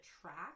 track